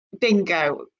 bingo